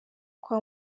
kwa